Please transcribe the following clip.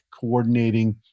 coordinating